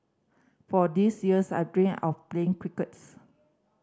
for this years I dreamed of playing crickets